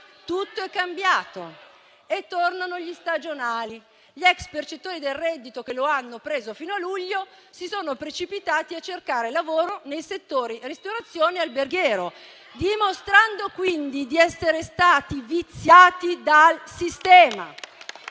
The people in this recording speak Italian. tutto è cambiato e tornano gli stagionali, perché gli ex percettori del reddito che lo hanno preso fino a luglio si sono precipitati a cercare lavoro nei settori della ristorazione e in quello alberghiero, dimostrando quindi di essere stati viziati dal sistema.